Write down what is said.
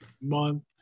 month